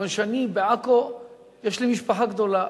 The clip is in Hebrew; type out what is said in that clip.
כיוון שלי יש בעכו משפחה גדולה.